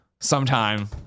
sometime